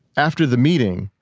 after the meeting,